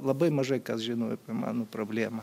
labai mažai kas žinojo apie mano problemą